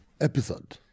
episode